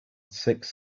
six